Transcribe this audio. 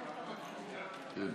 סמכויות מיוחדות להתמודדות עם נגיף